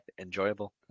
enjoyable